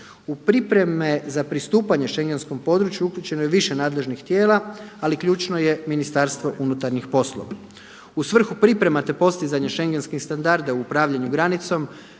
U pripreme za pristupanje schengenskom području uključeno je više nadležnih tijela ali ključno je Ministarstvo unutarnjih poslova. U svrhu priprema te postizanje schengenskih standarda u upravljanju granicom